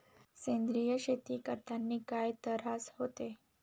सेंद्रिय शेती करतांनी काय तरास होते?